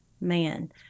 man